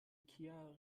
ikea